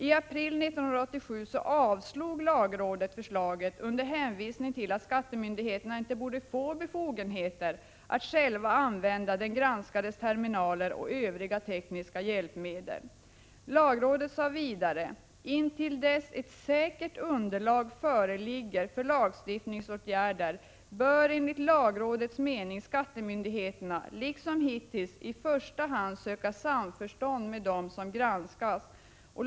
I april 1987 avslog lagrådet förslaget, under hänvisning till att skattemyndigheterna inte borde få befogenheter att själva använda den granskades terminaler och övriga tekniska hjälpmedel. Lagrådet sade vidare: Intill dess ett säkrare underlag föreligger för lagstiftningsåtgärder, bör enligt lagrådets mening skattemyndigheterna liksom hittills i första hand söka samförstånd med dem som granskas.